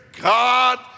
god